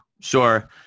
Sure